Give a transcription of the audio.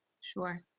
Sure